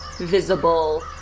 visible